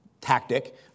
tactic